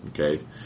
Okay